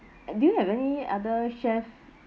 and do you have any other chef